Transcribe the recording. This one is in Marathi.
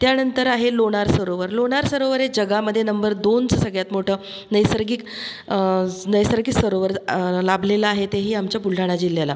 त्यानंतर आहे लोणार सरोवर लोणार सरोवर हे जगामध्ये नंबर दोनचं सगळ्यांत मोठं नैसर्गिक नैसर्गिक सरोवर लाभलेलं आहे तेही आमच्या बुलढाणा जिल्ह्याला